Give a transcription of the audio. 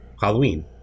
Halloween